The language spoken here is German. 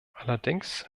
allerdings